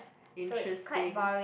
interesting